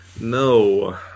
No